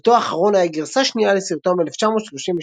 סרטו האחרון היה גרסה שנייה לסרטו מ־1933,